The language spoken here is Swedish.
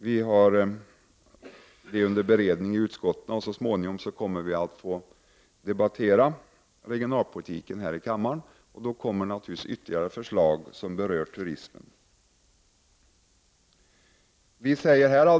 Vi har detta under beredning i utskottet, och så småningom kommer vi att få debattera regionalpolitiken här i kammaren. Då kommer naturligtvis ytterligare förslag som berör turismen att presenteras.